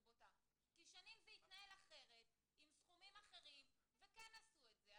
בוטה כי שנים זה התנהל אחרת עם סכומים אחרים וכן עשו את זה.